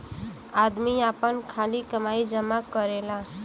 आदमी आपन काली कमाई जमा करेला